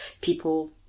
people